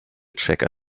checker